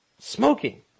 Smoking